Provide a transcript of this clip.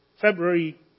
February